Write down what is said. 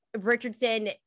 Richardson